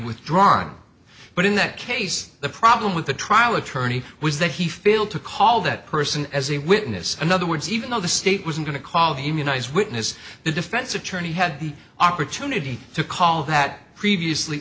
withdrawn but in that case the problem with the trial attorney was that he failed to call that person as a witness in other words even though the state was going to call the immunize witness the defense attorney had the opportunity to call that previously